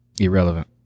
irrelevant